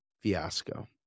fiasco